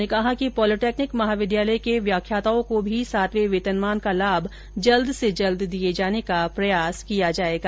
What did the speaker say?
इस अवसर पर उन्होंने कहा कि पॉलिटेक्निक महाविद्यालयों के व्याख्यताओं को भी सातवें वेतनमान का लाभ जल्दी से जल्दी दिये जाने का प्रयास किया जाएगा